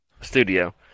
studio